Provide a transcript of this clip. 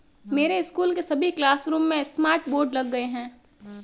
मेरे स्कूल के सभी क्लासरूम में स्मार्ट बोर्ड लग गए हैं